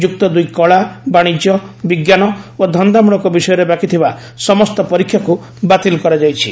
ଯୁକ୍ତଦୁଇ କଳା ବାଶିଜ୍ୟ ବିଙ୍କାନ ଓ ଧନ୍ଦାମୂଳକ ବିଷୟରେ ବାକିଥିବା ସମସ୍ତ ପରୀକ୍ଷାକୁ ବାତିଲ କରାଯାଇଛି